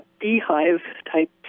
beehive-type